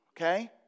okay